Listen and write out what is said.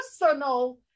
personal